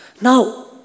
Now